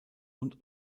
und